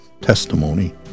testimony